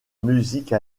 musique